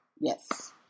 Yes